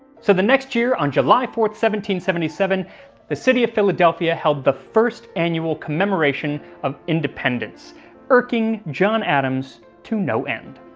so the next year on july fourth, one seventy seven the city of philadelphia held the first annual commemoration of independence irking john adams to no end.